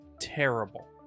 Terrible